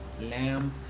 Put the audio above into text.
lamb